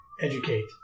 educate